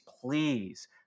please